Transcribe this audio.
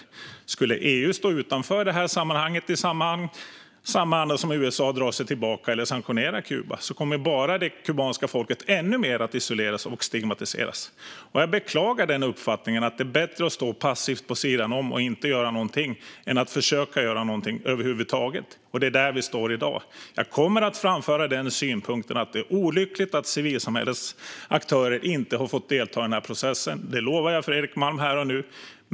Om EU skulle stå utanför detta sammanhang i samma anda som när USA drar sig tillbaka eller inför sanktioner mot Kuba kommer det kubanska folket bara att isoleras och stigmatiseras ännu mer. Jag beklagar uppfattningen att det är bättre att stå passivt vid sidan om och inte göra något än att försöka göra något över huvud taget. Det är där vi står i dag. Jag kommer att framföra synpunkten att det är olyckligt att civilsamhällets aktörer inte har fått delta i processen. Detta lovar jag Fredrik Malm här och nu.